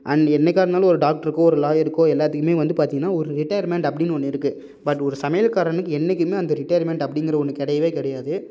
and என்றைக்கா இருந்தாலும் ஒரு டாக்டருக்கோ ஒரு லாயர்க்கோ எல்லாத்துக்குமே வந்து பார்த்தீங்கன்னா ஒரு ரிடைர்மெண்ட் அப்படின்னு ஒன்று இருக்குது பட் ஒரு சமையல்காரனுக்கு என்றைக்குமே அந்த ரிடைர்மெண்ட் அப்படிங்கிற ஒன்று கிடையவே கிடையாது